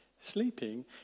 sleeping